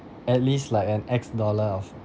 at least like an X dollar of